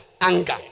anger